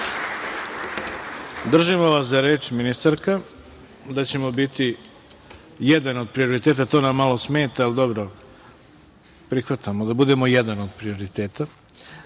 Hvala. Držimo vas za reč ministarka, da ćemo biti jedan od prioriteta. To nam malo smeta, ali dobro, prihvatamo da budemo jedan od prioriteta. Uz